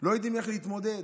לא יודעים איך להתמודד,